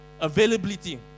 availability